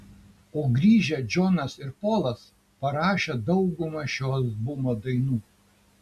o grįžę džonas ir polas parašė daugumą šio albumo dainų